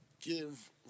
give